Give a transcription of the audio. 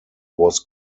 was